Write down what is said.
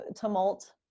tumult